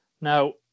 Now